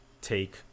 take